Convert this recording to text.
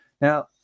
Now